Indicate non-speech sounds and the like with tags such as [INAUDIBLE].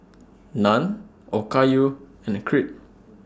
[NOISE] Naan Okayu and Crepe